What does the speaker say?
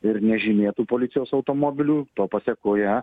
ir nežymėtų policijos automobilių to pasėkoje